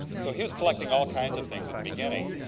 so he was collecting all kinds of things at the beginning,